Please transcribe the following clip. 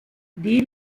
die